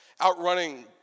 outrunning